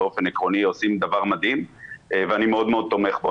זה דבר מדהים ואני מאוד תומך בו.